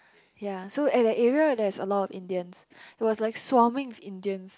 ya so at that area it has a lot of Indians it was like swarming with Indians